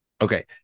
okay